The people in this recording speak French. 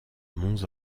mons